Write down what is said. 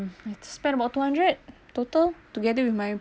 spent about two hundred total together with my